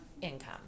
income